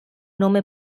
nome